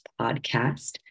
podcast